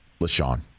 LaShawn